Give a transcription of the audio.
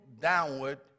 downward